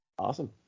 Awesome